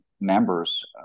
members